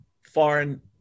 foreign